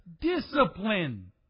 discipline